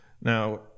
Now